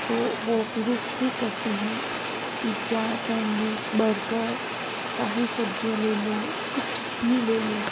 तो वो पुरुष ही करते हैं पिज्जा सैंडविच बर्गर शाही सब्जियाँ ले लो कुछ भी ले लो